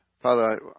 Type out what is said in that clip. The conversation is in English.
Father